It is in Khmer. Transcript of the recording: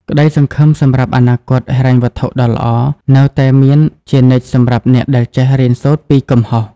ក្តីសង្ឃឹមសម្រាប់អនាគតហិរញ្ញវត្ថុដ៏ល្អ នៅតែមានជានិច្ចសម្រាប់អ្នកដែលចេះរៀនសូត្រពីកំហុស។